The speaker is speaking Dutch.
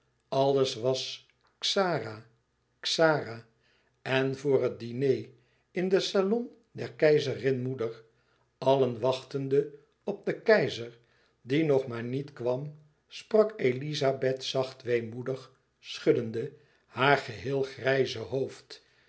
alles was xara xara en vr het diner in den salon der keizerin moeder allen wachtenden op den keizer die nog maar niet kwam sprak elizabeth zacht weemoedig schuddende haar geheel grijze hoofd